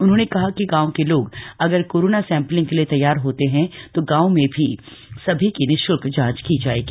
उन्होंने कहा कि गांव के लोग अगर कोरोना सैंपलिंग के लिए तैयार होते हैं तो गांव में सभी की निःशुल्क जांच की जाएगी